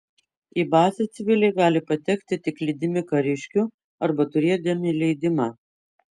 į bazę civiliai gali patekti tik lydimi kariškių arba turėdami leidimą